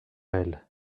elle